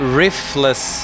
riffless